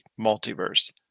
Multiverse